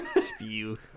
Spew